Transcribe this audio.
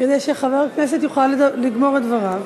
כדי שחבר הכנסת יוכל לגמור את דבריו.